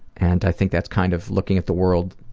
and i think that's kind of looking at the world